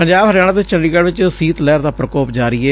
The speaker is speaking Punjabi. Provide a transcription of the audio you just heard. ਪੰਜਾਬ ਹਰਿਆਣਾ ਤੇ ਚੰਡੀਗੜ੍ ਚ ਸੀਤ ਲਹਿਰ ਦਾ ਪ੍ਰਕੋਪ ਜਾਰੀ ਏ